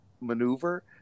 maneuver